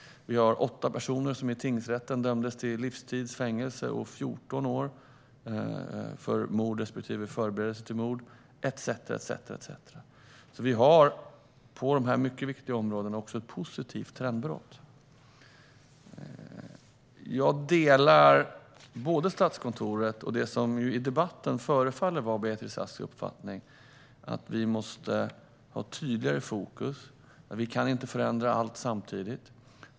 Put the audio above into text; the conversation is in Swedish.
Vi har åtta personer som i tingsrätten dömdes till livstids fängelse och till 14 år för mord respektive förberedelse till mord, etcetera. Vi har på dessa mycket viktiga områden ett positivt trendbrott. Jag delar Statskontorets och det som i debatten förefaller vara Beatrice Asks uppfattning att vi måste ha tydligare fokus. Men vi kan inte förändra allt samtidigt.